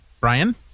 Brian